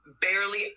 barely